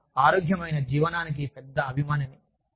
నేను ఆరోగ్యకరమైన జీవనానికి పెద్ద అభిమానిని